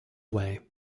way